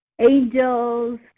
angels